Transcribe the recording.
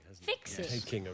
fixes